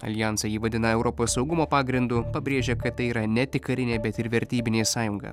aljansą ji vadina europos saugumo pagrindu pabrėžia kad tai yra ne tik karinė bet ir vertybinė sąjunga